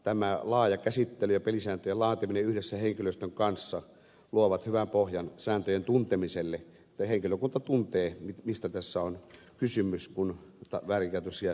tämä laaja käsittely ja pelisääntöjen laatiminen yhdessä henkilöstön kanssa luovat hyvän pohjan sääntöjen tuntemiselle että henkilökunta tuntee mistä tässä on kysymys kun väärinkäytöksiä selvitetään